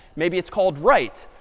maybe it's called right.